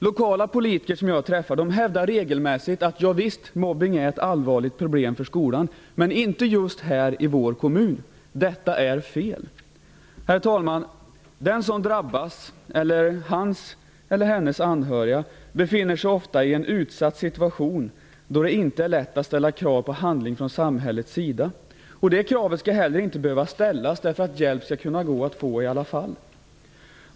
Lokala politiker som jag har träffat hävdar regelmässigt att mobbningen visst är ett allvarligt problem för skolan - men inte just i deras i kommun. Detta är fel. Herr talman! Den som drabbas och hans eller hennes anhöriga befinner sig ofta i en utsatt situation då det inte är lätt att ställa krav på handling från samhällets sida. Det kravet skall inte heller behöva ställas. Det skall gå att få hjälp i alla fall.